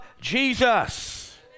Jesus